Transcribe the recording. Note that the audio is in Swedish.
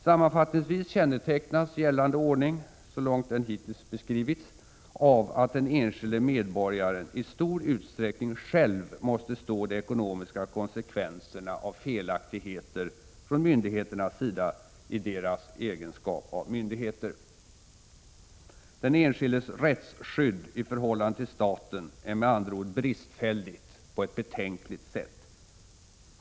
Sammanfattningsvis kännetecknas gällande ordning — så långt den hittills beskrivits — av att den enskilde medborgaren i stor utsträckning själv måste stå för de ekonomiska konsekvenserna av felaktigheter från myndigheternas sida i deras egenskap av myndighet. Den enskildes rättsskydd i förhållande till staten är med andra ord bristfälligt på ett betänkligt sätt.